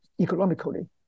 economically